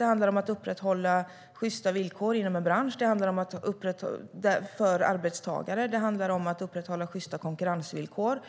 Det handlar om att upprätthålla sjysta villkor inom en bransch för arbetstagare, och det handlar om att upprätthålla sjysta konkurrensvillkor